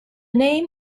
name